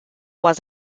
was